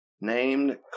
named